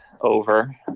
over